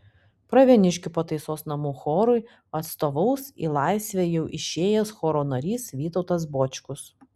pravieniškių pataisos namų chorui atstovaus į laisvę jau išėjęs choro narys vytautas bočkus